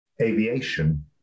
aviation